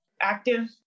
active